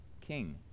king